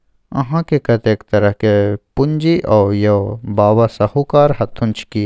अहाँकेँ कतेक तरहक पूंजी यै यौ? बाबा शाहुकार छथुन की?